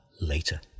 later